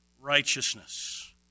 righteousness